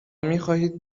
میخواهید